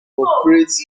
operates